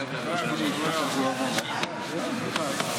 ההצבעה תהיה הצבעה אלקטרונית.